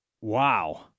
Wow